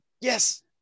Yes